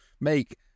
make